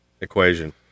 equation